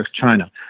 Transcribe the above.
China